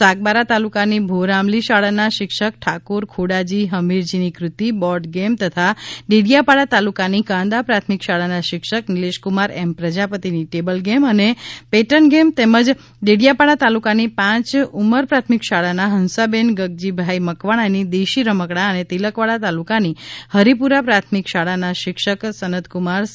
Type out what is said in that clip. સાગબારા તાલુકાની ભોર આમલી શાળાના શિક્ષક ઠાકોર ખોડાજી હમીરજી ની કુતિ બોર્ડ ગેમ તથા ડેડીયાપાડા તાલુકાની કાંદા પ્રાથમિક શાળાના શિક્ષક નિલેશકુમાર એમ પ્રજાપતિની ટેબલ ગેમ અને પેટન ગેમ તેમજ ડેડીયાપાડા તાલુકાની પાંચ ઉમર પ્રાથમિક શાળાના હંસાબેન ગગજીભાઈ મકવાણાની દેશી રમકડાં અને તિલકવાડા તાલુકાની હરીપુરા પ્રાથમિક શાળાના શિક્ષક સનતકુમાર સી